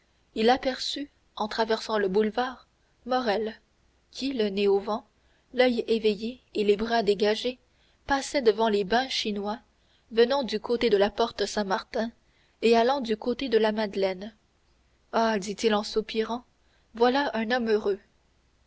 il aperçut en traversant le boulevard morrel qui le nez au vent l'oeil éveillé et les bras dégagés passait devant les bains chinois venant du côté de la porte saint-martin et allant du côté de la madeleine ah dit-il en soupirant voilà un homme heureux